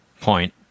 point